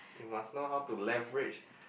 you must know how to leverage